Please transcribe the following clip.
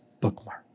bookmark